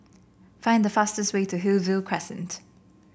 find the fastest way to Hillview Crescent